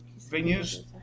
venues